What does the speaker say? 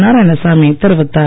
நாராயணசாமி தெரிவித்தார்